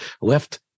left